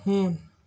ہوٗن